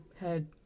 head